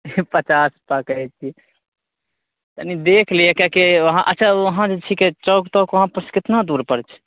पचास पकड़े छी तनी देख ली किएकि वहांँ अच्छा वहाँ छिके चौक तऽ वहाँ सँ केतना दूर पर छै